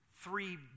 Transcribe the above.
three